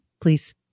please